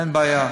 אין בעיה.